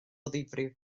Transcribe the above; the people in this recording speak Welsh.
ddifrif